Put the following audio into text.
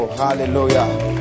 hallelujah